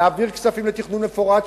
להעביר כספים לתכנון מפורט,